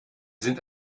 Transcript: sind